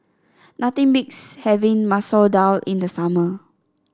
nothing beats having Masoor Dal in the summer